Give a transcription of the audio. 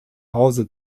hause